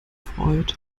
freud